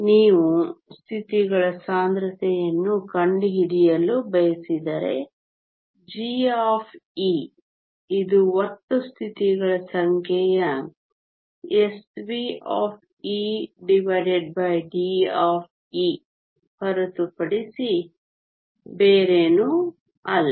ನೀವು ಸ್ಥಿತಿಗಳ ಸಾಂದ್ರತೆಯನ್ನು ಕಂಡುಹಿಡಿಯಲು ಬಯಸಿದರೆ g ಇದು ಒಟ್ಟು ಸ್ಥಿತಿಗಳ ಸಂಖ್ಯೆಯ SvdE ಹೊರತುಪಡಿಸಿ ಬೇರೇನೂ ಅಲ್ಲ